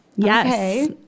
Yes